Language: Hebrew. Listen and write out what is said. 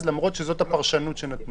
למרות שזאת הפרשנות שנתנו.